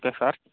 okay sir